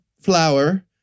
flower